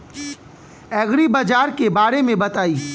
एग्रीबाजार के बारे में बताई?